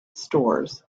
stores